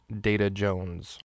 Data-Jones